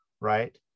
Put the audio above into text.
right